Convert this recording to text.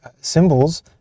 Symbols